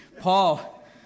Paul